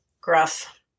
gruff